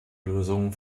lösungen